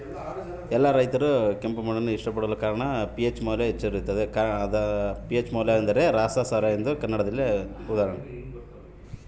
ಎಲ್ಲಾ ರೈತರು ಕೆಂಪು ಮಣ್ಣನ್ನು ಏಕೆ ಇಷ್ಟಪಡುತ್ತಾರೆ ದಯವಿಟ್ಟು ನನಗೆ ಉದಾಹರಣೆಯನ್ನ ಕೊಡಿ?